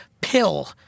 pill